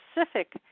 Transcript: specific